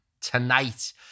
tonight